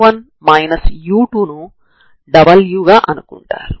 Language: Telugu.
కార్టీసియన్ రూపంలో వున్న పరిష్కారం ux y t polar coordinate లలో ur θ t అవుతుంది